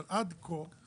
אבל עד היום